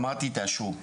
אמרתי תאשרו.